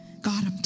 God